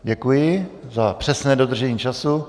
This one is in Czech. Děkuji za přesné dodržení času.